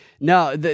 no